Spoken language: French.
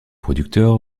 producteur